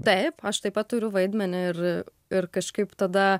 taip aš taip pat turiu vaidmenį ir ir kažkaip tada